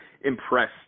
impressed